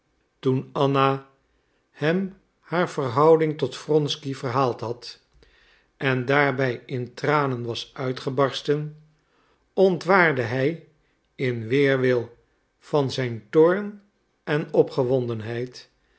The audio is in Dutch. toen anna hem haar verhouding tot wronsky verhaald had en daarbij in tranen was uitgebarsten ontwaarde hij in weerwil van zijn toorn en